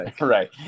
Right